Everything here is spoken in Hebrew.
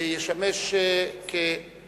והוא ישמש כמוזיאון,